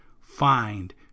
find